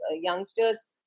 youngsters